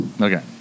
Okay